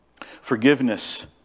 Forgiveness